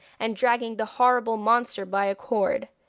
and dragging the horrible monster by a cord.